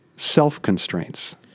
self-constraints